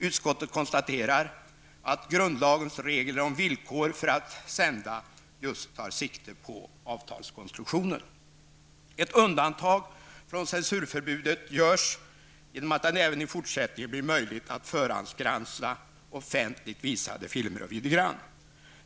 Utskottet konstaterar att grundlagens regler om villkor för att sända just tar sikte på avtalskonstruktionen. Ett undantag från censurförbudet görs genom att det även i fortsättningen blir möjligt att förhandsgranska filmer och videogram som skall visas offentligt.